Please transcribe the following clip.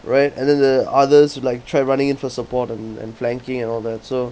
right and then the others will like try running in for support and and flanking and all that so